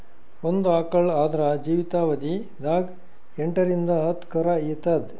ಒಂದ್ ಆಕಳ್ ಆದ್ರ ಜೀವಿತಾವಧಿ ದಾಗ್ ಎಂಟರಿಂದ್ ಹತ್ತ್ ಕರಾ ಈತದ್